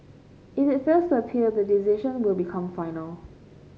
if it fails to appeal the decision will become final